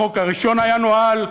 החוק הראשון היה נואל,